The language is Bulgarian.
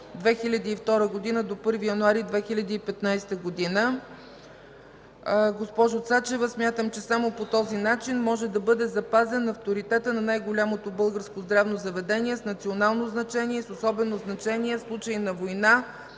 2002 г. до 1 януари 2015 г. Госпожо Цачева, смятам, че само по този начин може да бъде запазен авторитетът на най-голямото българско здравно заведение с национално значение и с особено значение в случаи на война